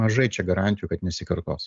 mažai čia garantijų kad nesikartos